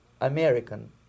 American